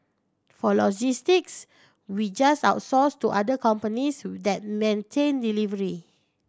for logistics we just outsource to other companies that maintain delivery